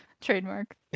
trademark